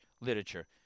literature